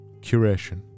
Curation